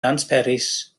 nantperis